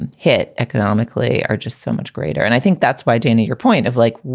and hit economically are just so much greater and i think that's why, dana, your point of like,